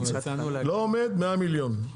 לא עומד 100 מיליון,